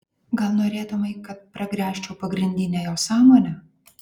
gal norėtumei kad pragręžčiau pagrindinę jo sąmonę